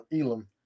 Elam